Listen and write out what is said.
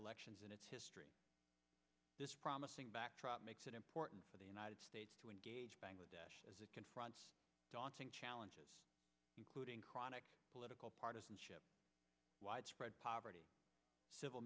elections in its history this promising backdrop makes it important for the united states to engage bangladesh as it confronts daunting challenges including chronic political partisanship widespread poverty civil